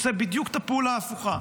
עושה בדיוק את הפעולה ההפוכה: